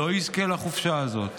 לא יזכה לחופשה הזו,